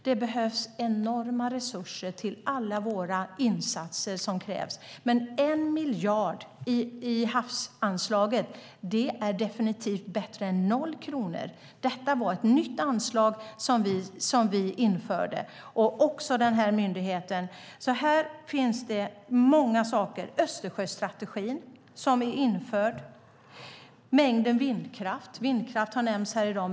Det behövs enorma resurser till alla våra insatser som krävs. Men 1 miljard i havsanslaget är definitivt bättre än noll kronor. Detta var ett nytt anslag som vi införde. Vi inrättade också denna myndighet. Här finns det alltså många saker. Östersjöstrategin har införts. Vindkraft har nämnts här i dag.